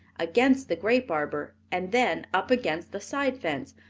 against the grape arbor and then up against the side fence.